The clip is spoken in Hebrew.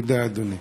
זאת הזדמנות,